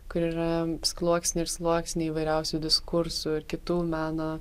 kur yra sluoksnių sluoksniai įvairiausių diskursų ir kitų meno